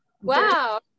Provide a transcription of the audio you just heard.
wow